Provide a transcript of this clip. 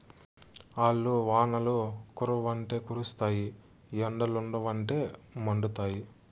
ఆల్లు వానలు కురవ్వంటే కురుస్తాయి ఎండలుండవంటే మండుతాయి